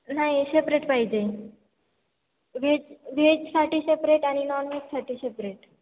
नाही सेपरेट पाहिजे व्हेज व्हेजसाठी सेपरेट आणि नॉनव्हेजसाठी सेपरेट